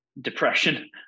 depression